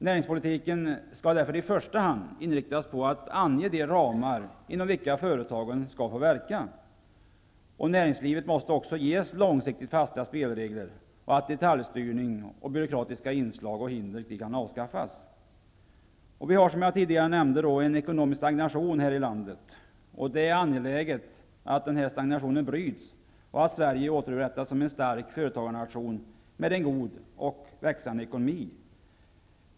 Näringspolitiken skall därför i första hand inriktas på att ange de ramar inom vilka företagen skall få verka. Näringslivet måste också ges långsiktigt fasta spelregler. Detaljstyrning och byråkratiska inslag och hinder måste avskaffas. Vi har, som jag tidigare nämnt, en ekonomisk stagnation här i landet. Det är angeläget att denna stagnation bryts och att Sverige återupprättas som en stark företagarnation med en god och växande ekonomi.